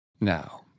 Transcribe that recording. Now